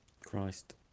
Christ